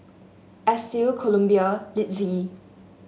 Estill Columbia Litzy